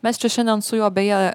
mes čia šiandien su juo beje